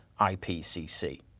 IPCC